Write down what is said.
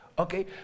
Okay